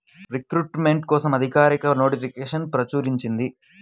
recruitment కోసం అధికారిక నోటిఫికేషన్ను ప్రచురించింది